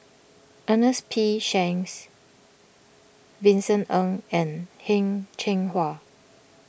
Ernest P Shanks Vincent Ng and Heng Cheng Hwa